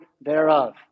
thereof